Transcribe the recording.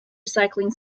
recycling